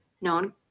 known